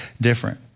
different